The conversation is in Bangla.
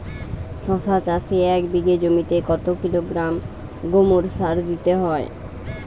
শশা চাষে এক বিঘে জমিতে কত কিলোগ্রাম গোমোর সার দিতে হয়?